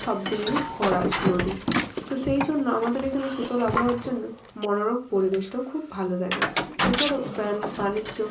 সব দিনেরই ভরাট নদী তো সেই জন্য আমাদের এখানে শীতল আবহাওয়ার জন্য মনোরম পরিবেশটাও খুব ভালো লাগে এছাড়াও বাণিজ্য